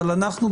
אבל אנחנו,